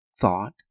thought